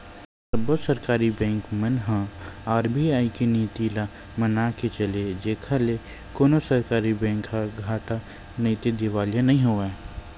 सब्बो सरकारी बेंक मन ह आर.बी.आई के नीति ल मनाके चले जेखर ले कोनो सरकारी बेंक ह घाटा नइते दिवालिया नइ होवय